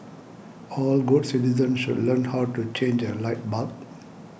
all good citizens should learn how to change a light bulb